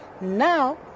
Now